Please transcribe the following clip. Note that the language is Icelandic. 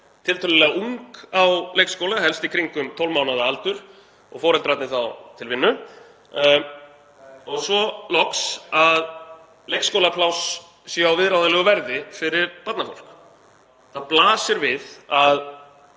tiltölulega ung á leikskóla, helst í kringum 12 mánaða aldur, og foreldrarnir þá til vinnu. Svo loks að leikskólapláss séu á viðráðanlegu verði fyrir barnafólk. Það blasir við að